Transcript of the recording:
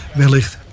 wellicht